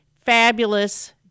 fabulous